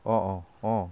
অঁ অঁ অঁ